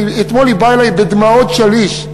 ואתמול היא באה אלי בדמעות שליש,